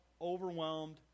Overwhelmed